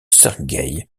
sergueï